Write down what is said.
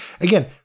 Again